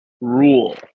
rule